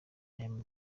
ayo